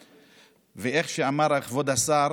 ואיך שאמר כבוד השר,